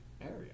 area